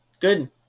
Good